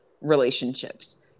relationships